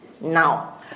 now